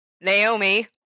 Naomi